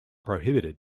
prohibited